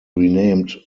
renamed